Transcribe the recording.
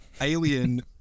alien